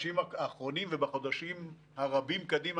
בחודשים האחרונים ובחודשים הרבים קדימה,